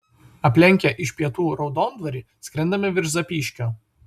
aplenkę iš pietų raudondvarį skrendame virš zapyškio